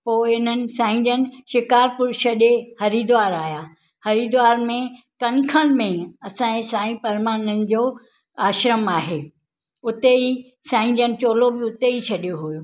पोइ हिननि साईंजन शिकारपुर छॾे हरिद्वार आहियां हरिद्वार में कंखन में असांजे साईं परमानंद जो आश्रम आहे हुते ई साईंजन चोलो बि हुते ई छॾियो हुओ